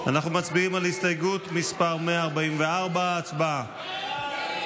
אנחנו מצביעים על הסתייגות מס' 144. הצבעה.